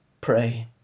pray